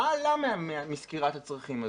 מה עלה מסקירת הצרכים הזו?